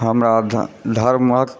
हमराधर्मक